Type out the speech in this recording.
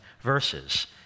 verses